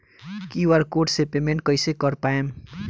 QR code से payment कईसे कर पाएम?